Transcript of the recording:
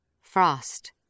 Frost